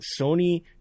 Sony